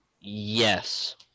yes